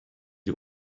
die